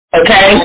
okay